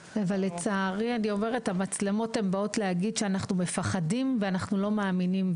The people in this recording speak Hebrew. לצערי המצלמות באות להגיד שאנחנו מפחדים ואנחנו לא מאמינים.